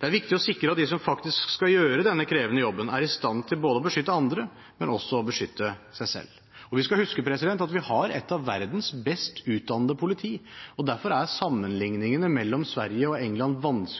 Det er viktig å sikre at de som faktisk skal gjøre denne krevende jobben, er i stand til både å beskytte andre og å beskytte seg selv. Vi skal huske at vi har et av verdens best utdannede politi, og derfor er det vanskelig å sammenligne med Sverige og England.